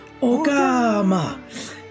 Ogama